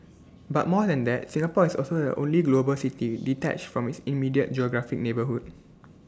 but more than that Singapore is also the only global city detached from its immediate geographic neighbourhood